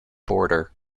border